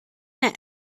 net